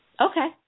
Okay